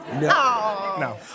No